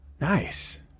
Nice